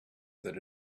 that